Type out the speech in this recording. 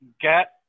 get